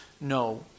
no